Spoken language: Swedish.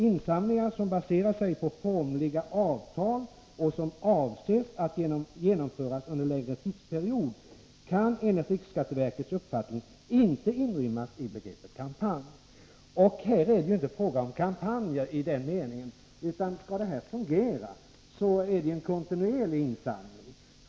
Insamlingar som baserar sig på formliga avtal och som avses att bli genomförda under en längre tidsperiod kan enligt riksskatteverkets uppfattning inte inrymmas i begreppet kampanj. Här är det ju inte fråga om kampanjer i den meningen. Skall det här fungera måste det vara en kontinuerlig insamling.